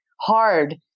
hard